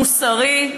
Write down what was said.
מוסרי,